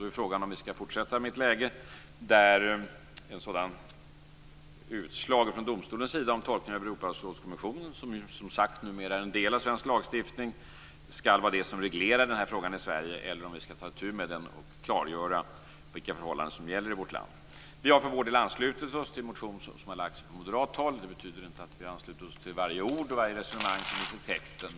Då är frågan om vi skall fortsätta med ett läge där utslaget från domstolen om tolkningen av Europarådskonventionen, som ju som sagt numera är en del av svensk lagstiftning, skall vara det som reglerar frågan i Sverige eller om vi skall ta itu med det här och klargöra vilka förhållanden som gäller i vårt land. Vi har för vår del anslutit oss till en motion som har lagts fram från moderat håll. Det betyder inte att vi ansluter oss till varje ord och varje resonemang i texten.